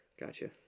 Gotcha